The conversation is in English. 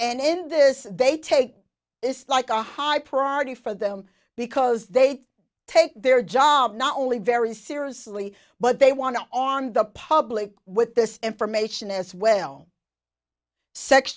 and in this they take this like a high priority for them because they take their job not only very seriously but they want to on the public with this information as well sex